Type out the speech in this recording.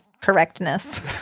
correctness